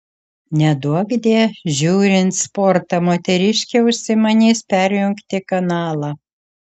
neduokdie žiūrint sportą moteriškė užsimanys perjungti kanalą